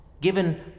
given